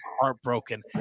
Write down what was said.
heartbroken